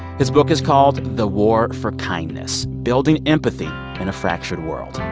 his book is called the war for kindness building empathy in a fractured world.